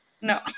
no